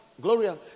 gloria